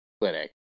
clinic